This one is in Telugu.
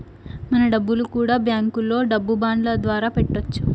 మన డబ్బులు కూడా బ్యాంకులో డబ్బు బాండ్ల ద్వారా పెట్టొచ్చు